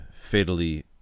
fatally